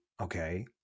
Okay